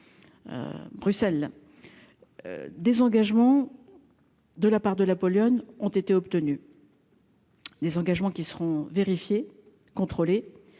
Bruxelles désengagement de la part de la Pologne, ont été obtenus. Des engagements qui seront vérifiés, contrôlés